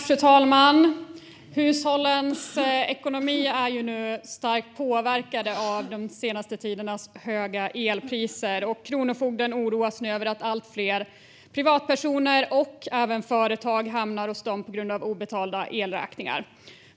Fru talman! Hushållens ekonomi är nu starkt påverkad av den senaste tidens höga elpriser, och Kronofogden oroas över att allt fler privatpersoner och även företag hamnar hos dem på grund av obetalda elräkningar.